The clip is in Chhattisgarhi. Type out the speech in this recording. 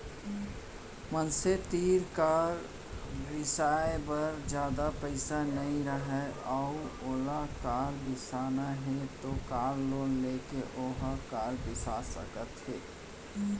मनसे तीर कार बिसाए बर जादा पइसा नइ राहय अउ ओला कार बिसाना हे त कार लोन लेके ओहा कार बिसा सकत हे